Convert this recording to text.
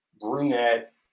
brunette